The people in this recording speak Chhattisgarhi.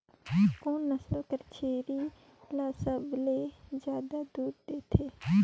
कोन नस्ल के छेरी ल सबले ज्यादा दूध देथे?